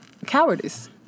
Cowardice